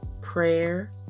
prayer